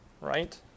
right